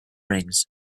rings